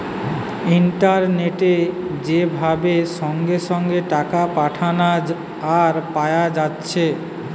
ইন্টারনেটে যে ভাবে সঙ্গে সঙ্গে টাকা পাঠানা আর পায়া যাচ্ছে